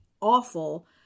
awful